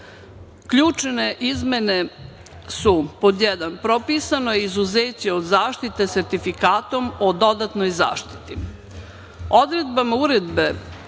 izmene su, pod jedan, propisano je izuzeće od zaštite sertifikatom o dodatnoj zaštiti.